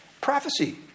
Prophecy